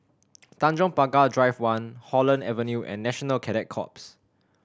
Tanjong Pagar Drive One Holland Avenue and National Cadet Corps